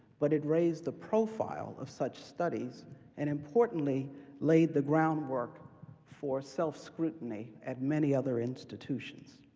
but it raised the profile of such studies and importantly laid the groundwork for self-scrutiny at many other institutions.